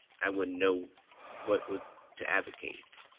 i wouldn't know what would to advocate.